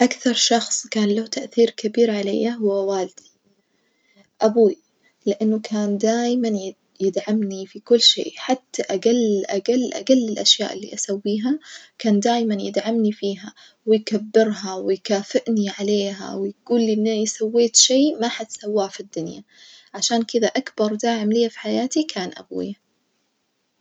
أكثر شخص كان له تأثير كبير عليَ هو والدي أبوي لأنه كان دايمًا ي يدعمني في كل شي، حتى أجل أجل أجل الأشياء اللي أسويها كان دايمًا يدعمني فيها، ويكبرها ويكافئني عليها ويجولي إني سويت شي ما حد سواه في الدنيا، عشان كدة أكبر داعم ليا في حياتي كان أبويا.